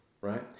right